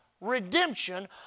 redemption